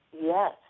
Yes